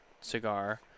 cigar